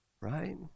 right